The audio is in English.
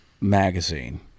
magazine